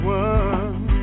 one